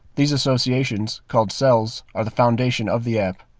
these associations called cells are the foundation of the app.